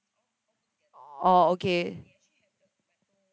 oh okay